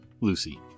Lucy